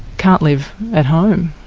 can't live at home.